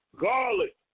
Garlic